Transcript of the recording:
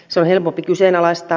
sarajevo kyseenalaista